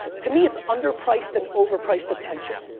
to me it's underpriced and overpriced attention.